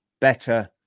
better